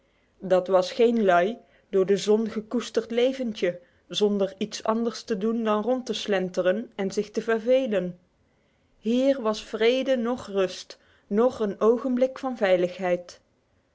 dat was geen lui door de zon gekoesterd leventje zonder iets anders te doen dan rond te slenteren en zich te vervelen hier was vrede noch rust noch een ogenblik van veiligheid